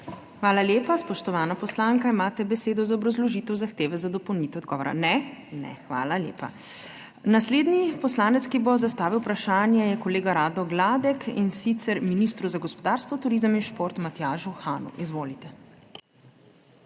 Hvala lepa. Spoštovana poslanka, imate besedo za obrazložitev zahteve za dopolnitev odgovora. Ne? Ne, hvala lepa. Naslednji poslanec, ki bo zastavil vprašanje, je kolega Rado Gladek, in sicer ministru za gospodarstvo, turizem in šport Matjažu Hanu. Izvolite.